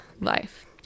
life